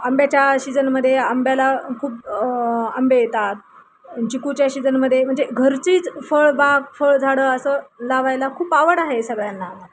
आंब्याच्या शीजनमध्ये आंब्याला खूप आंबे येतात चिकूच्या शीजनमध्ये म्हणजे घरचीच फळ बाग फळ झाडं असं लावायला खूप आवड आहे सगळ्यांना